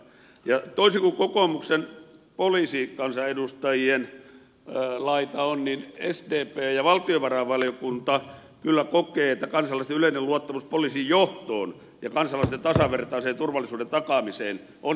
ja toisin kuin kokoomuksen poliisikansanedustajien laita on sdp ja valtiovarainvaliokunta kyllä kokevat että kansalaisten yleinen luottamus poliisin johtoon ja kansalaisten tasavertaisen turvallisuuden takaamiseen on heikentynyt